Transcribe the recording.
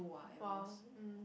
!wow! mm